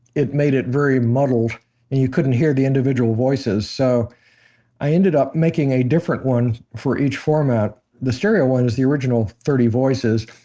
it made it very muddled and you couldn't hear the individual voices, so i ended up making a different one for each format. the stereo one is the original thirty voices.